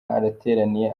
hateraniye